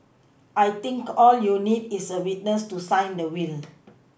I think all you need is a witness to sign the will